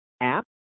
app